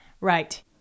Right